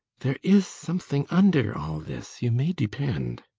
there is something under all this, you may depend!